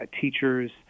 teachers